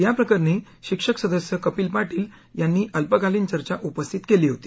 या प्रकरणी शिक्षक सदस्य कपिल पाटील यांनी अल्पकालीन चर्चा उपस्थित केली होती